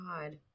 God